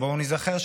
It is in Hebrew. בואו ניזכר,